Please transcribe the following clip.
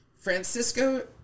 Francisco